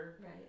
Right